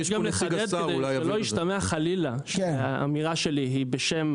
שלא ישתמע חלילה מהאמירה שלי היא בשם